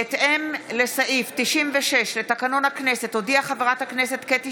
בהתאם לסעיף 96 לתקנון הכנסת הודיעה חברת הכנסת קטי